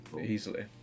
easily